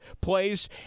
plays